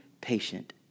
patient